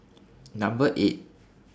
Number eight